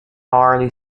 hourly